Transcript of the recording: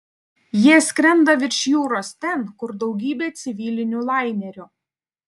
jie skrenda virš jūros ten kur daugybė civilinių lainerių